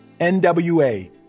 NWA